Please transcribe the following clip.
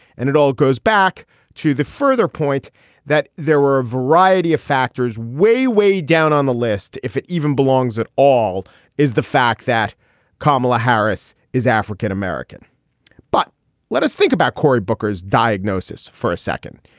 and it all goes back to the further point that there were a variety of factors way, way down on the list. if it even belongs at all is the fact that kamala harris is african-american. but let us think about cory booker's diagnosis for a second.